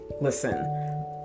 listen